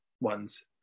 ones